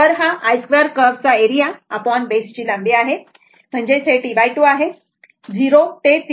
तर हा I 2 कर्वचा एरिया बेस ची लांबी आहे म्हणजे T2 आहे 0 ते T2